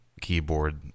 keyboard